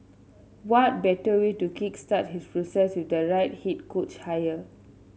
what better way to kick start his process with the right head coach hire